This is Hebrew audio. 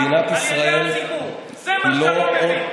מדינת ישראל היא לא עוד,